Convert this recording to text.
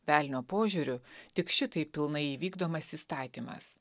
velnio požiūriu tik šitaip pilnai įvykdomas įstatymas